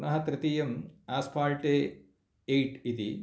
पुनः तृतीयम् आस्फाल्टे एय्ट् इति